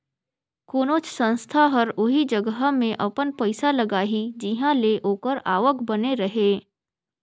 कोनोच संस्था हर ओही जगहा में अपन पइसा लगाही जिंहा ले ओकर आवक बने रहें